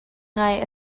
ngai